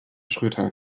schröter